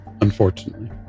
unfortunately